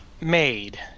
made